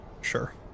Sure